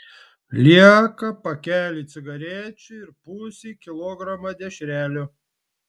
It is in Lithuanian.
lieka pakeliui cigarečių ir pusei kilogramo dešrelių